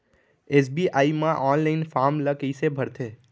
SBI म online form ल कइसे भरथे?